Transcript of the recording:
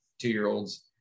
two-year-olds